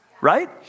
right